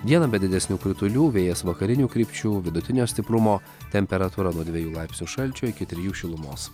dieną be didesnių kritulių vėjas vakarinių krypčių vidutinio stiprumo temperatūra nuo dviejų laipsnių šalčio iki trijų šilumos